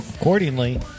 accordingly